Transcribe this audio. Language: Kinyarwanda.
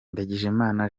ndagijimana